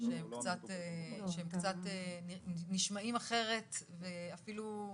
שהם קצת נשמעים אחרת ואפילו,